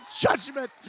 judgment